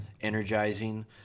energizing